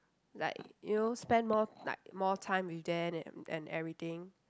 like you know spend more like more time with them and and everything